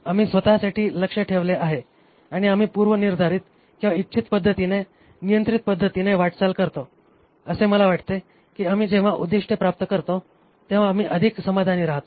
आम्ही स्वत साठी लक्ष्य ठेवले आहे आणि आम्ही पूर्वनिर्धारीत किंवा इच्छित पद्धतीने नियंत्रित पद्धतीने वाटचाल करतो असे मला वाटते की आम्ही जेव्हा उद्दीष्ट्ये प्राप्त करतो आणि तेव्हा आम्ही अधिक समाधानी राहतो